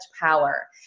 power